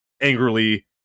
angrily